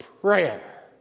prayer